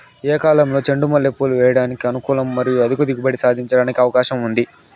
ఏ కాలంలో చెండు మల్లె పూలు వేయడానికి అనుకూలం మరియు అధిక దిగుబడి సాధించడానికి అవకాశం ఉంది?